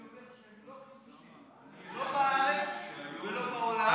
אני אומר שהם לא חידושים, לא בארץ ולא בעולם,